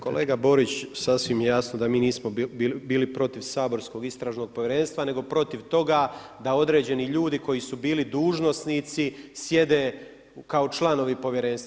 Kolega Borić, sasvim je jasno da mi nismo bili protiv saborskog istražnog povjerenstva, nego protiv toga da određeni ljudi koji su bili dužnosnici sjede kao članovi povjerenstva.